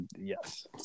yes